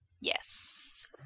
Yes